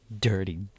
Dirty